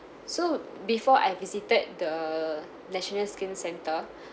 so before I visited the national skin centre